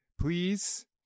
please